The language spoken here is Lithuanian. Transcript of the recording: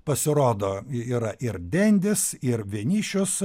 pasirodo yra ir dendis ir vienišius